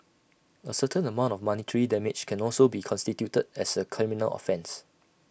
A certain amount of monetary damage can also be constituted as A criminal offence